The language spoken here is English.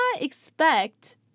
expect